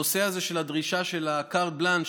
הנושא הזה של הדרישה של ה-carte blanche,